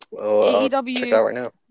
AEW